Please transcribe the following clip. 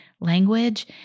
language